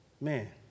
Man